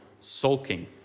sulking